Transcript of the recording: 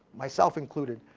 myself included.